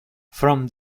from